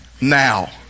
now